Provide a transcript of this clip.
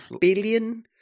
billion